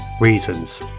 reasons